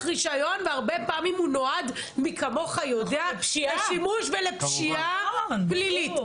רשיון והרבה פעמים הוא נועד מי כמוך יודע לשימוש ולפשיעה פלילית.